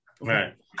right